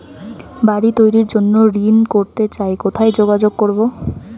বাড়ি তৈরির জন্য ঋণ করতে চাই কোথায় যোগাযোগ করবো?